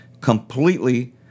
completely